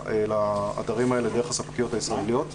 לאתרים האלה דרך הספקיות הישראליות.